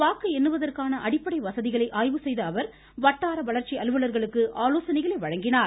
வாக்கு எண்ணுவதற்கான அடிப்படை வசதிகளை ஆய்வு செய்தஅவர் வட்டார வளர்ச்சி அலுவலர்களுக்கு ஆலோசனைகளை வழங்கினார்